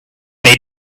they